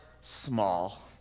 small